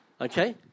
okay